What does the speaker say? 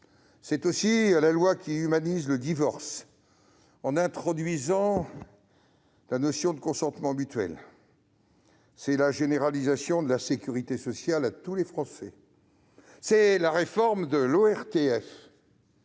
à 18 ans ; la loi qui humanise le divorce, au travers de la notion de consentement mutuel ; la généralisation de la sécurité sociale à tous les Français ; la réforme de l'ORTF